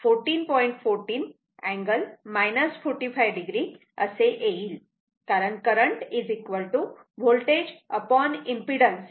14 angle 45 o असे येईल कारण करंट होल्टेज इम्पीडन्स असते